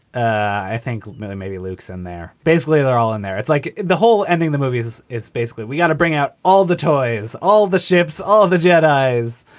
i think maybe luke's in there. basically, they're all in there. it's like the whole ending the movie is. it's basically we got to bring out all the toys, all the ships, all the jedi eyes.